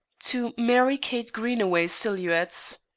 to merry kate greenaway silhouettes.